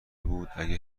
بود، اگه